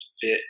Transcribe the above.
fit